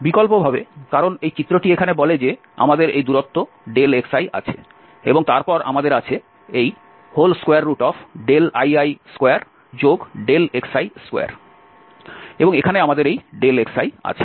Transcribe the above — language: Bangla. বিকল্পভাবে কারণ এই চিত্রটি এখানে বলে যে আমাদের এই দূরত্ব xi আছে এবং তারপর আমাদের আছে এই li2xi2 এবং এখানে আমাদের এই xiআছে